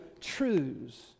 truths